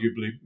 arguably